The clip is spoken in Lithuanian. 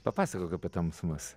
papasakok apie tamsumas